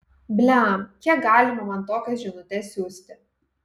blem kiek galima man tokias žinutes siųsti